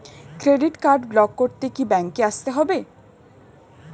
Credit card block করতে কি ব্যাংকে আসতে হবে?